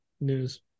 news